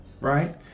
right